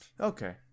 Okay